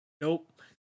Nope